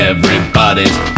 Everybody's